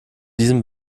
diesem